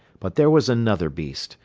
but there was another beast,